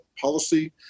policy